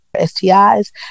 STIs